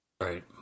Right